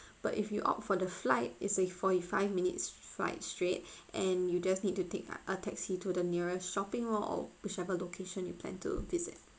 but if you opt for the flight it's a forty five minutes flight straight and you just need to take a taxi to the nearest shopping mall or whichever location you plan to visit